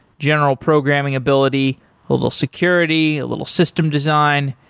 general programming ability, a little security, a little system design.